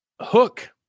Hook